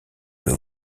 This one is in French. que